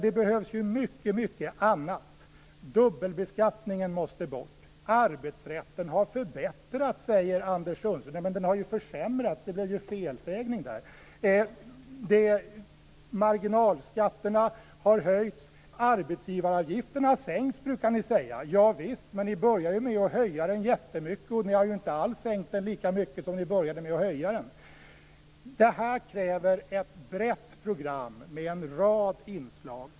Det behövs mycket annat. Dubbelbeskattningen måste bort. Arbetsrätten har förbättrats, säger Anders Sundström. Den har ju försämrats; det blev en felsägning. Marginalskatterna har höjts. Arbetsgivaravgiften har sänkts, brukar ni säga. Ja visst, men ni började med att höja den jättemycket. Ni har ju inte alls sänkt den lika mycket som ni har höjt den. Det här kräver ett brett program med en rad inslag.